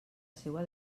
seua